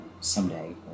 someday